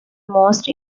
most